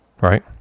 right